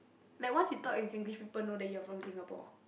like once you talk in Singlish people know that you are from Singapore